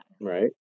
right